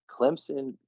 Clemson